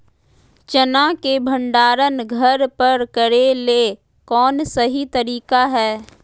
चना के भंडारण घर पर करेले कौन सही तरीका है?